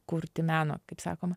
kurti meno kaip sakoma